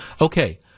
Okay